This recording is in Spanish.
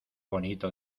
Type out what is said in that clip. bonito